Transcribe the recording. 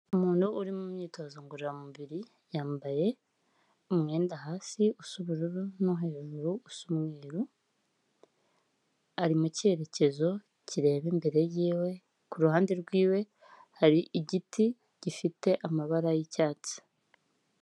Umuntu uri mu myitozo ngororamubiri yambaye umwenda hasi usa ubururu no hejuru usa umweru, ari mu cyerekezo kireba imbere ye, ku ruhande rwe hari igiti gifite amabara y'icyatsi.